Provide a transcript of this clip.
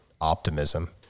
optimism